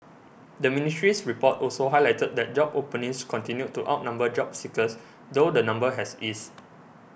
the ministry's report also highlighted that job openings continued to outnumber job seekers though the number has eased